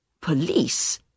Police